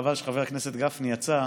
חבל שחבר הכנסת גפני יצא,